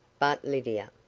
but lydia.